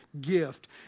gift